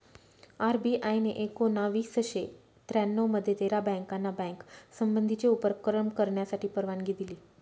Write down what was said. RBI ने एकोणावीसशे त्र्यानऊ मध्ये तेरा बँकाना बँक संबंधीचे उपक्रम करण्यासाठी परवानगी दिली